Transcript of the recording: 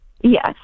yes